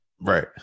right